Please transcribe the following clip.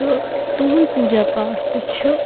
تہٕ تُہنٛد پوجا پاٹھ تہِ چھِ